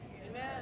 Amen